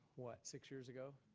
what, six years ago?